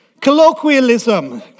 colloquialism